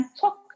talk